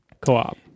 co-op